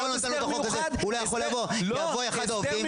אם אתה לא נותן לו את החוק הזה הוא לא יכול לבוא יבוא אחד העובדים,